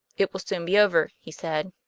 it will soon be over, he said.